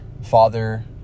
father